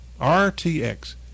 RTX